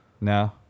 No